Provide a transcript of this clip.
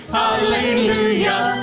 hallelujah